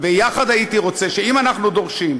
ויחד עם זה הייתי רוצה שאם אנחנו דורשים